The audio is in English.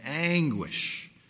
anguish